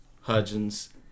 Hudgens